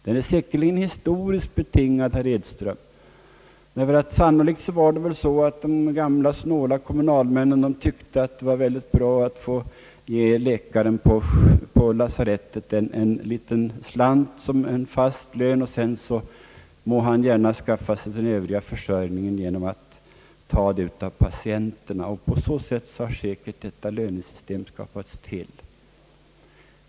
Den är säkerligen historiskt betingad, herr Edström, därför att de gamla, snåla kommunalmännen sannolikt tyckte att det var väldigt bra att ge läkaren på lasarettet en liten slant som fast lön och sedan fick han skaffa sig den övriga försörjningen genom patienterna. På så sätt har säkert detta lönesystem tillskapats.